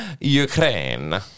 Ukraine